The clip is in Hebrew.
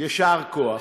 יישר כוח.